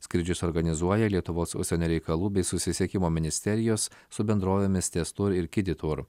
skrydžius organizuoja lietuvos užsienio reikalų bei susisiekimo ministerijos su bendrovėmis tez tour ir kidy tour